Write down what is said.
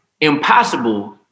impossible